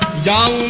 da